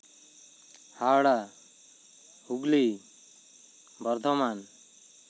Howrah Hooghly Bardhaman